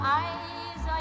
eyes